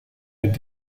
mit